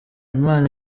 imana